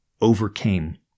overcame